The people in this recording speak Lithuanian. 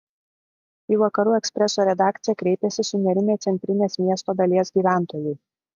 į vakarų ekspreso redakciją kreipėsi sunerimę centrinės miesto dalies gyventojai